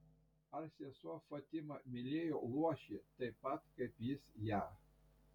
ar sesuo fatima mylėjo luošį taip pat kaip jis ją